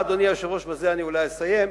אדוני היושב-ראש, ובזה אולי אסיים,